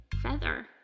feather